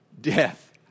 death